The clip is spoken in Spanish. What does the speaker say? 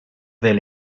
del